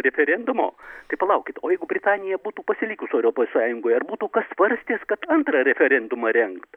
referendumo tai palaukit o jeigu britanija būtų pasilikus europos sąjungoje ar būtų kas svarstęs kad antrą referendumą rengt